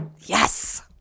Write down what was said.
Yes